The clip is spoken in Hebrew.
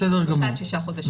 בסדר גמור.